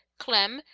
clem,